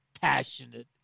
passionate